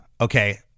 okay